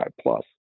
plus